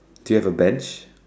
do you have a Bench